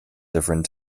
different